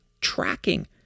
tracking